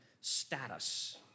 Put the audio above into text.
status